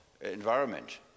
environment